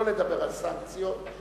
לא לדבר על סנקציות.